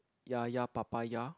ya ya papaya